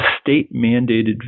state-mandated